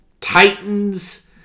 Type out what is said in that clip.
Titans